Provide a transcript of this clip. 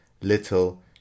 little